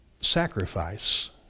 sacrifice